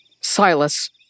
Silas